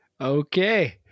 Okay